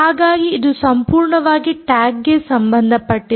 ಹಾಗಾಗಿ ಇದು ಸಂಪೂರ್ಣವಾಗಿ ಟ್ಯಾಗ್ಗೆ ಸಂಬಂಧಪಟ್ಟಿದೆ